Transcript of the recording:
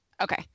Okay